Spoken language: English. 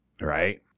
Right